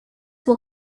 will